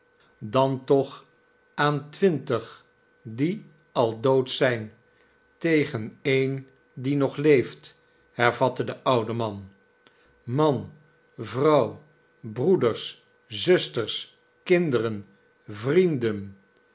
dan toch aan twintig die al dood zijn tegen een die nog leeft hervatte de oude man man vrouw breeders zusters kinderen vrienden